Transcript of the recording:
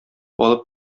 алып